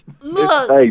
Look